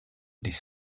des